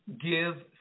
give